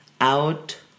out